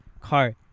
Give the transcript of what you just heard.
car